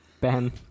Ben